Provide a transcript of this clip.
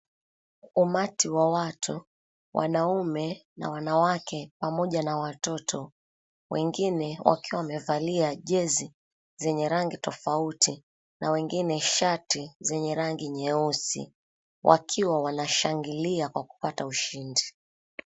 Umati wa watu wanaume na wanawake pamoja na watoto. Wengine wakiwa wamevalia jezi zenye rangi tofauti na wengine shati zenye rangi nyeusi, wakiwa wanashangilia kwa kupata ushindi.